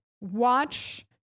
watch